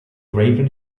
raven